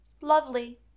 lovely